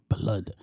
blood